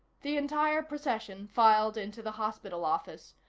the entire procession filed into the hospital office,